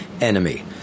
enemy